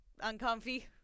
uncomfy